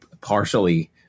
partially